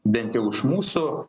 bent jau iš mūsų